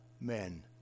men